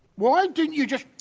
why didn't you ju